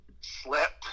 slept